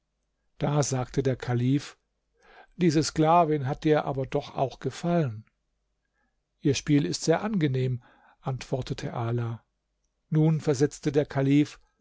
da sagte der kalif diese sklavin hat dir aber doch auch gefallen ihr spiel ist sehr angenehm antwortete ala nun versetzte der kalif